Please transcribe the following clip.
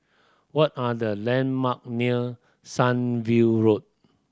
what are the landmark near Sunview Road